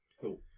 Cool